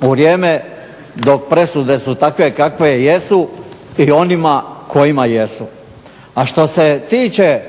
vrijeme dok presude su takve kakve jesu i onima kojima jesu, a što se tiče